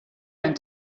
ein